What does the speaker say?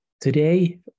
Today